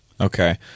Okay